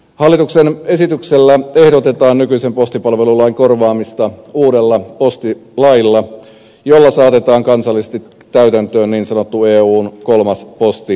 hallituksen esityksellä ehdotetaan nykyisen postipalvelulain korvaamista uudella postilailla jolla saatetaan kansallisesti täytäntöön niin sanottu eun kolmas postidirektiivi